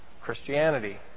Christianity